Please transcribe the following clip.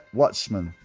watchmen